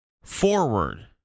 Forward